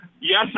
Yes